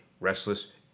restless